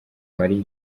marie